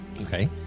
okay